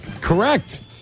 Correct